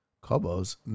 Kobo's